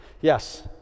Yes